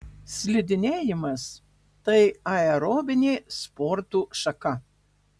slidinėjimas tai aerobinė sporto šaka